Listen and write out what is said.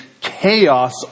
chaos